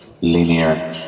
Linear